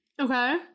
Okay